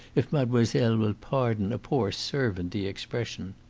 if mademoiselle will pardon a poor servant the expression.